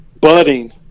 budding